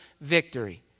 victory